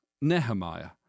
Nehemiah